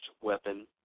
weapon